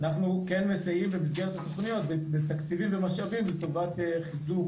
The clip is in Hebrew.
אנחנו כן מסייעים במסגרת התוכניות בתקציבים ומשאבים לטובת חיזוק